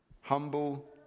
humble